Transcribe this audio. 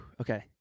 okay